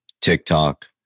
TikTok